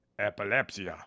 epilepsy